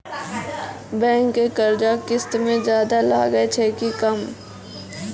Bank के कर्जा किस्त मे ज्यादा लागै छै कि कम?